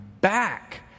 back